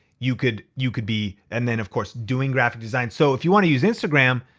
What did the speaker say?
you could you could be and then of course, doing graphic design. so if you wanna use instagram,